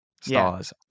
stars